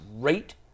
great